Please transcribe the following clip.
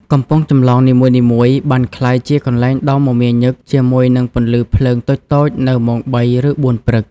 កំពង់ចម្លង នីមួយៗបានក្លាយជាកន្លែងដ៏មមាញឹកជាមួយនឹងពន្លឺភ្លើងតូចៗនៅម៉ោង ៣ ឬ ៤ ព្រឹក។